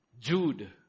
Jude